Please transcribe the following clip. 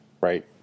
right